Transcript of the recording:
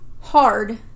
Hard